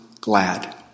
glad